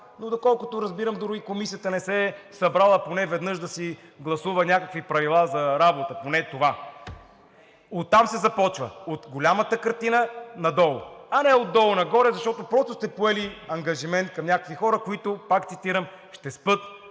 Но доколкото разбирам, Комисията не се е събрала нито веднъж, за да си гласува поне някакви правила за работа – поне това. Оттам се започва – от голямата картина надолу, а не от долу нагоре, защото просто сте поели ангажимент към някакви хора, които, пак цитирам: „ще дишат